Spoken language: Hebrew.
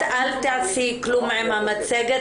אל תעשי כלום עם המצגת.